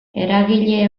eragile